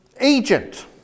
agent